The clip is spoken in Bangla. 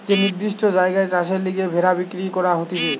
যে নির্দিষ্ট জায়গায় চাষের লিগে ভেড়া বিক্রি করা হতিছে